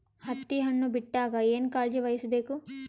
ಹತ್ತಿ ಹಣ್ಣು ಬಿಟ್ಟಾಗ ಏನ ಕಾಳಜಿ ವಹಿಸ ಬೇಕು?